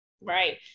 Right